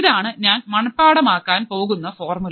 ഇതാണ് ഞാൻ മനപ്പാഠമാക്കാൻ പോകുന്ന ഫോർമുല